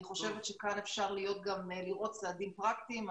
אני חושבת שכאן אפשר לראות צעדים פרקטיים.